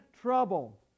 trouble